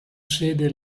sede